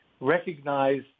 recognize